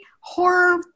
horror